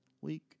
week